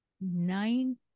nine